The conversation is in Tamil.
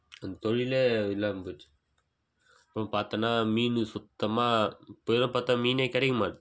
அந்த தொழிலே இல்லாமல் போயிருச்சு அப்புறம் பார்த்தன்னா மீன் சுத்தமாக இப்பெலாம் பார்த்தா மீனே கிடைக்க மாட்டுது